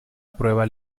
prueba